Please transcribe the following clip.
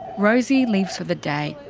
rosie leaves for the day.